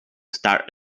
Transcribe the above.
start